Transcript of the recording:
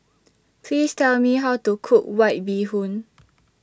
Please Tell Me How to Cook White Bee Hoon